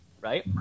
right